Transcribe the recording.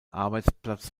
arbeitsplatz